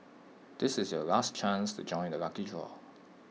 this is your last chance to join the lucky draw